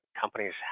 companies